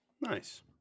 Nice